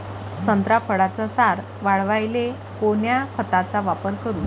संत्रा फळाचा सार वाढवायले कोन्या खताचा वापर करू?